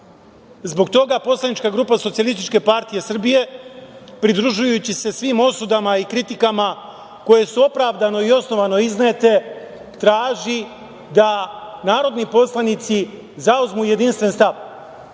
Zbog toga poslanička grupa SPS, pridružujući se svim osudama i kritikama koje su opravdano i osnovano iznete, traži da narodni poslanici zauzmu jedinstven stav,